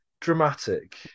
dramatic